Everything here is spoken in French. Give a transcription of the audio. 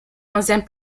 onzième